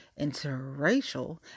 interracial